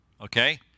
okay